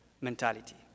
mentality